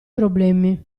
problemi